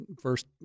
first